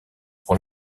pour